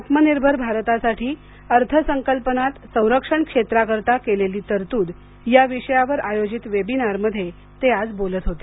आत्मनिर्भर भारतासाठी अर्थसंकल्पात संरक्षण क्षेत्राकरता केलेली तरतूद या विषयावर आयोजित वेबिनारमध्ये ते आज बोलत होते